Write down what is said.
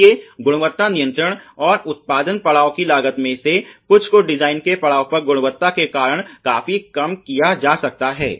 इसलिए गुणवत्ता नियंत्रण और उत्पादन पड़ाव की लागत में से कुछ को डिजाइन के पड़ाव पर गुणवत्ता के कारण काफी कम किया जा सकता है